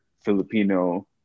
Filipino